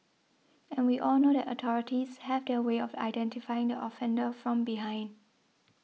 and we all know that authorities have their way of identifying the offender from behind